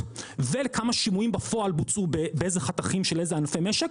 וכמה שינויים בפועל בוצעו באיזה חתכים של איזה ענפי משק,